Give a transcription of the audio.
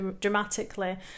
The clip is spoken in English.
dramatically